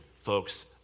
Folks